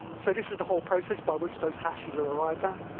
so this is the whole process by which those hashes are arrived at.